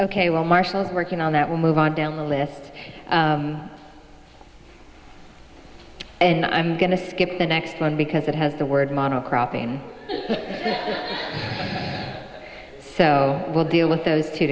ok well marshals working on that will move on down the list and i'm going to skip the next one because it has the word model cropping so we'll deal with those two